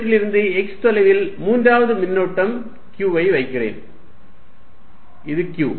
இவற்றிலிருந்து x தொலைவில் மூன்றாவது மின்னூட்டம் q ஐ வைக்கிறேன் இது q